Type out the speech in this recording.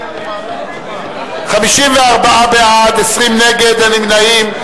54 בעד, 20 נגד, אין נמנעים.